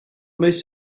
most